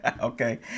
Okay